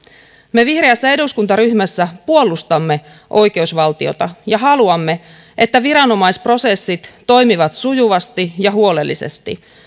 me vihreässä eduskuntaryhmässä puolustamme oikeusvaltiota ja haluamme että viranomaisprosessit toimivat sujuvasti ja huolellisesti